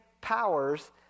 powers